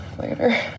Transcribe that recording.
later